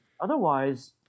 Otherwise